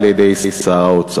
אחרי "דיינו"